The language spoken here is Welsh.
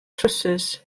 trowsus